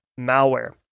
malware